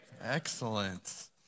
Excellent